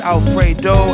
Alfredo